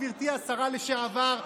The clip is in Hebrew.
גברתי השרה לשעבר,